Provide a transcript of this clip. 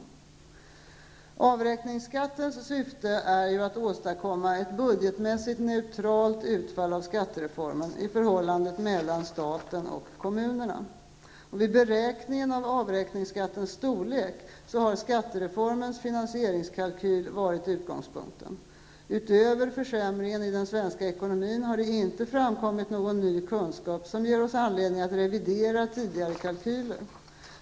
Avräkningsskattens syfte är att åstadkomma ett budgetmässigt neutralt utfall av skattereformen i förhållandet mellan staten och kommunerna. Vid beräkningen av avräkningsskattens storlek har skattereformens finansieringskalkyl varit utgångspunkten. Utöver försämringen i den svenska ekonomin har det inte framkommit någon ny kunskap som ger oss anledning att revidera tidigare kalkyler.